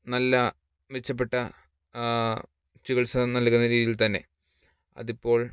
നല്ല മെച്ചപ്പെട്ട ചികിത്സകൾ നൽകുന്ന രീതിയിൽ തന്നെ അത് ഇപ്പോൾ